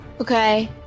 Okay